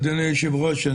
אדוני היושב-ראש,